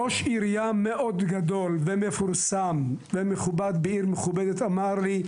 ראש עירייה מאוד גדול ומפורסם ומכובד בעיר מכובדת אמר לי: